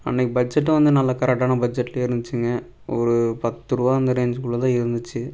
அன்றைக்கி பட்ஜெட்டும் வந்து நல்லா கரெக்டான பட்ஜெட்டில் இருந்துச்சிங்க ஒரு பத்து ரூபா அந்த ரேஞ்சுக்குள்ள தான் இருந்துச்சு